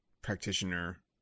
practitioner